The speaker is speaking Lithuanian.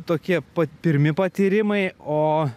tokie pat pirmi patyrimai o